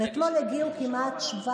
לא הייתה מפלגה כזאת.